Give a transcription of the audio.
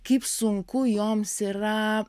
kaip sunku joms yra